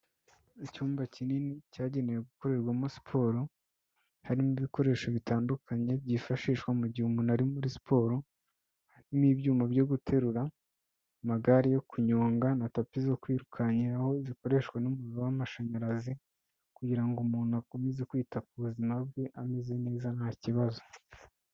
Icyumba kinini cyagenewe gukorerwamo siporo, harimo ibikoresho bitandukanye byifashishwa mu gihe umuntu ari muri siporo, harimo ibyuma byo guterura, amagare yo kunyonga na tapi zo kwirukankiraho zikoreshwa n'umuriro w'amashanyarazi kugira ngo umuntu akomeze kwita ku buzima bwe ameze neza nta kibazo.